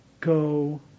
Go